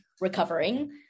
recovering